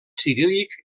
ciríl·lic